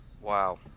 Wow